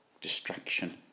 distraction